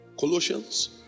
Colossians